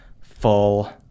full